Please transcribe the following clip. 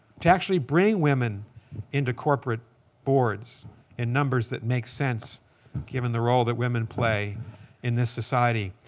to actually bring women into corporate boards in numbers that makes sense given the role that women play in this society.